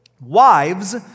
wives